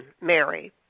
Mary